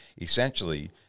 essentially